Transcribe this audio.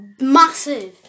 massive